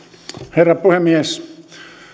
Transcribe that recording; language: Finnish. herra puhemies